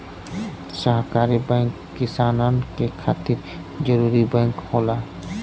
सहकारी बैंक किसानन के खातिर जरूरी बैंक होला